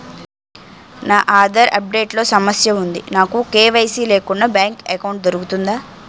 నా Aadhaar update లో సమస్య వుంది నాకు కే.వై.సీ లేకుండా బ్యాంక్ ఎకౌంట్దొ రుకుతుందా?